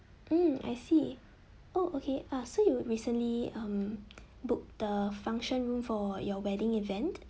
mm I see oh okay uh so you recently um booked the function room for your wedding event